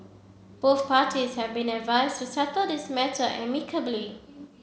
both parties have been advised to settle this matter amicably